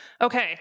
Okay